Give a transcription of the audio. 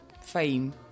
fame